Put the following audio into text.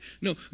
No